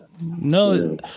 No